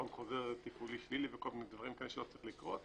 והון חוזר תפעולי בלי לזכות מדברים כאלה שלא צריכים לקרות.